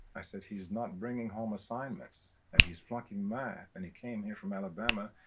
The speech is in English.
i said he is not bringing home assignments, and he's flunking math. and he came here from alabama,